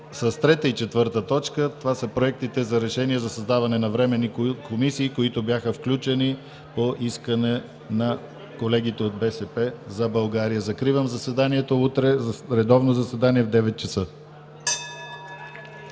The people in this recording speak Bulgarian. сутринта с 3 и 4 точки – проекти за решения за създаване на временни комисии, които бяха включени по искане на колегите от “БСП за България”. Закривам заседанието. Утре – редовно заседание от 9,00 ч.